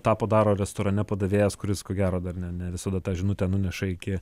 tą padaro restorane padavėjas kuris ko gero dar ne ne visada tą žinutę nuneša iki